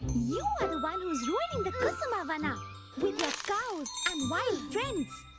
you are the one who is ruining the kusuma-vana with cows and wild friends.